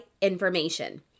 information